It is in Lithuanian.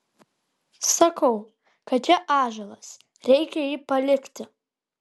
sakau kad čia ąžuolas reikia jį palikti